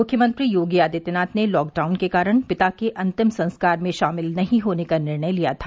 मुख्यमंत्री योगी आदित्यनाथ ने लॉकडाउन के कारण पिता के अंतिम संस्कार में शामिल नहीं होने का निर्णय लिया था